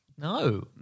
No